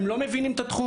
הם לא מבינים את התחום?